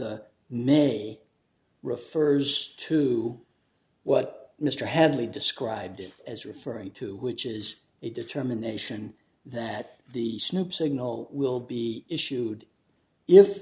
the may refers to what mr hadley described as referring to which is a determination that the snub signal will be issued if